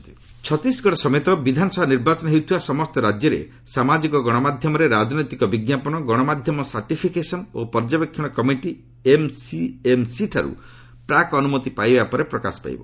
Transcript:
EC advertisement Chhattisgarh ସମେତ ବିଧାନସଭା ନିର୍ବାଚନ ହେଉଥିବା ସମସ୍ତ ରାଜ୍ୟରେ ସାମାଜିକ ଗଣମାଧ୍ୟମରେ ରାଜନୈତିକ ବିଜ୍ଞାପନ ଗଣମାଧ୍ୟମ ସାର୍ଟିଫିକେସନ୍ ଓ ପର୍ଯ୍ୟବେକ୍ଷଣ କମିଟି ଏମ୍ସିଏମ୍ସିଠାରୁ ପ୍ରାକ୍ ଅନୁମତି ପାଇବା ପରେ ପ୍ରକାଶ ପାଇବ